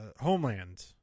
homeland